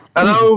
Hello